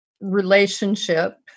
relationship